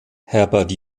herbert